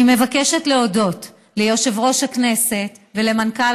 אני מבקשת להודות ליושב-ראש הכנסת ולמנכ"ל